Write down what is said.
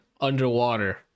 Underwater